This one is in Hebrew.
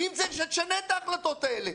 שתשנה את ההחלטות האלה.